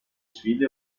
sfide